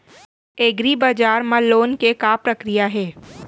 एग्रीबजार मा लोन के का प्रक्रिया हे?